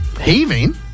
Heaving